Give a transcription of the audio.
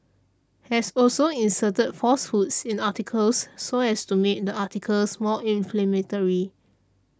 has also inserted falsehoods in articles so as to make the articles more inflammatory